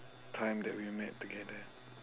time that we met together